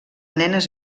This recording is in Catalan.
nenes